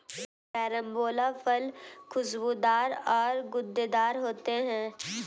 carambola फल खुशबूदार और गूदेदार होते है